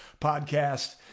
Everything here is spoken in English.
podcast